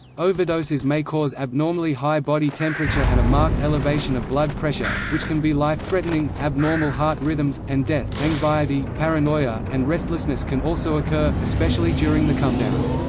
overdoses may cause abnormally high body temperature and a marked elevation of blood pressure, which can be life-threatening, abnormal heart rhythms, and death anxiety, paranoia, and restlessness can also occur, especially during the comedown.